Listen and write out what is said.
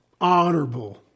honorable